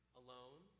alone